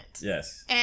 Yes